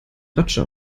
ratsche